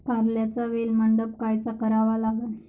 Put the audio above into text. कारल्याचा वेल मंडप कायचा करावा लागन?